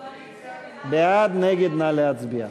בעד, נגד, נא להצביע.